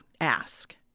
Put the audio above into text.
ask